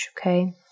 okay